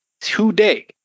today